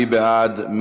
מי בעד?